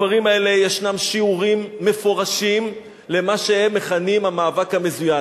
בספרים האלה יש שיעורים מפורשים למה שהם מכנים המאבק המזוין.